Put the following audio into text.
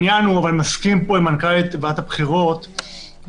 אני מסכים עם מנכ"לית ועדת הבחירות,